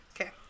Okay